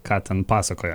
ką ten pasakoja